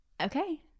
okay